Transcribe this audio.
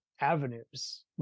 avenues